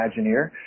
Imagineer